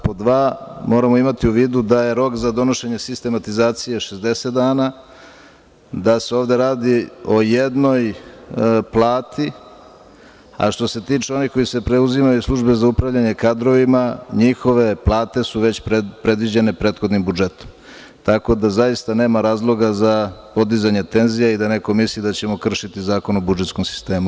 Pod dva, moramo imati u vidu da je rok za donošenje sistematizacije 60 dana, da se ovde radi o jednoj plati, a što se tiče onih koji se preuzimaju iz Službe za upravljanje kadrovima, njihove plate su već predviđene prethodnim budžetom, tako da zaista nema razloga za podizanje tenzija i da neko mislio da ćemo kršiti Zakon o budžetskom sistemu.